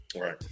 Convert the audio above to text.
right